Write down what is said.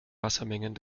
wassermengen